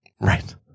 Right